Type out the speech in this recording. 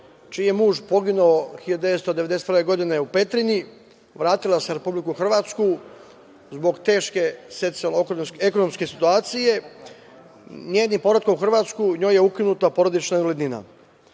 čiji je muž poginuo 1991. godine u Petrinji, vratila se u Republiku Hrvatsku, zbog teške ekonomske situacije, njenim povratkom u Hrvatsku njoj je ukinuta porodična invalidnina. Imamo